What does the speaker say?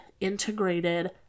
integrated